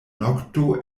nokto